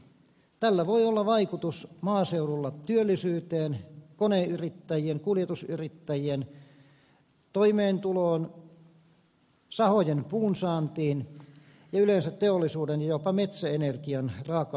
tällä voi olla maaseudulla vaikutus työllisyyteen koneyrittäjien ja kuljetusyrittäjien toimeentuloon sahojen puunsaantiin ja yleensä teollisuuden ja jopa metsäenergian raaka aineen saantiin